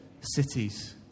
cities